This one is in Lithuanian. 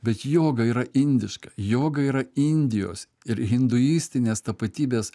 bet joga yra indiška joga yra indijos ir hinduistinės tapatybės